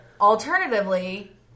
alternatively